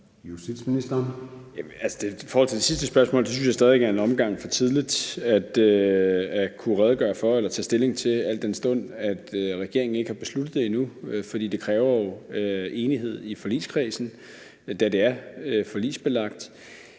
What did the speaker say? I forhold til det sidste spørgsmål synes jeg stadig, det er en omgang for tidligt at kunne redegøre for eller tage stilling til, al den stund at regeringen ikke har besluttet det endnu, for det kræver jo enighed i forligskredsen, da det er forligsbelagt.